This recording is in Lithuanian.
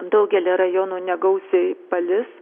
daugelyje rajonų negausiai palis